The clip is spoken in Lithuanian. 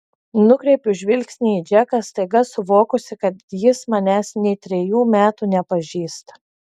nukreipiu žvilgsnį į džeką staiga suvokusi kad jis manęs nė trejų metų nepažįsta